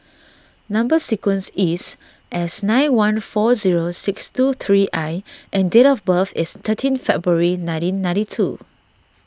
Number Sequence is S nine one four zero six two three I and date of birth is thirteen February nineteen ninety two